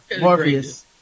Morpheus